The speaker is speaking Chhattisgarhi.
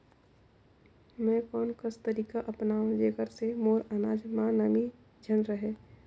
मैं कोन कस तरीका अपनाओं जेकर से मोर अनाज म नमी झन रहे?